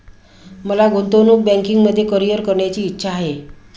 मला गुंतवणूक बँकिंगमध्ये करीअर करण्याची इच्छा आहे